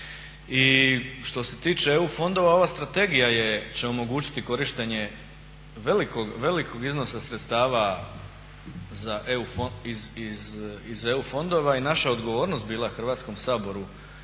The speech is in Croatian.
što se tiče EU fondova ova strategija će omogućiti korištenje velikog iznosa sredstava iz EU fondova i naša je odgovornost bila Hrvatskom saboru